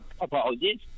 apologies